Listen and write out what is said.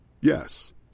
Yes